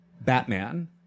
Batman